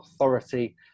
authority